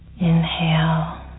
Inhale